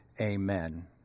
amen